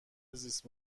زیست